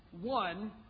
One